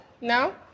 No